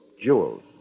Jewels